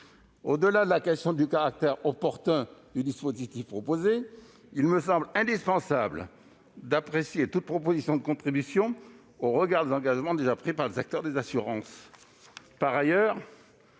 Au-delà de la question du caractère opportun du dispositif proposé, il me semble indispensable d'apprécier toute proposition de contribution au regard des engagements déjà pris par le secteur des assurances. Par ailleurs,